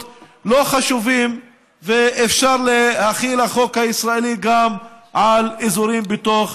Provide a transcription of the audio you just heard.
לא חשובים ואפשר להחיל את החוק הישראלי על אזורים שבתוך